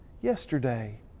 yesterday